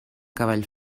cavall